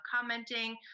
commenting